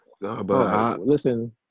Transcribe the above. Listen